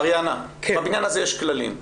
אריאנה, תקשיבי, בבניין הזה יש כללים.